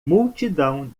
multidão